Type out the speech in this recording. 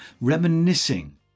reminiscing